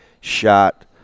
shot